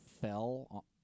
fell